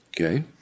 Okay